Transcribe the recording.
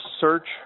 search